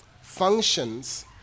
functions